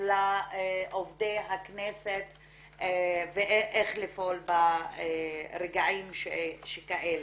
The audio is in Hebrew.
לעובדי הכנסת ואיך לפעול ברגעים שכאלה.